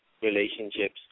relationships